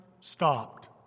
stopped